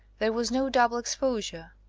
there was no double exposure.